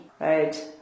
right